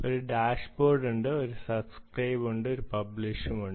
ഒരു ഡാഷ്ബോർഡ് ഉണ്ട് ഒരു സബ്സ്ക്രൈബ് ഉണ്ട് ഒരു പബ്ലിഷുമുണ്ട്